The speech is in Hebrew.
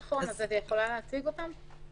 נכון, אבל את יכולה להציג אותם?